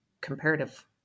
comparative